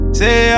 say